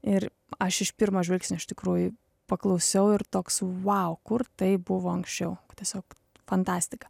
ir aš iš pirmo žvilgsnio iš tikrųjų paklausiau ir toks vau kur tai buvo anksčiau tiesiog fantastika